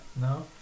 No